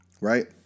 right